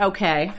Okay